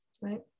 Right